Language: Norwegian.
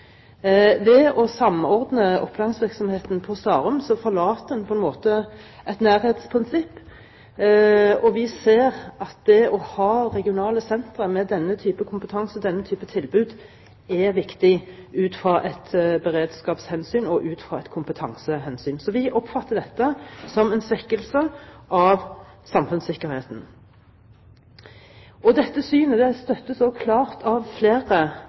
Ved å samordne opplæringsvirksomheten på Starum forlater man på en måte et nærhetsprinsipp, og vi ser at det å ha regionale sentre med denne type kompetanse og denne type tilbud er viktig ut fra et beredskapshensyn og ut fra et kompetansehensyn. Så vi oppfatter dette som en svekkelse av samfunnssikkerheten. Dette synet støttes også av et klart flertall av høringsinstansene, og